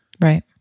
Right